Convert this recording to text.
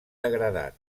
degradat